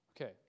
Okay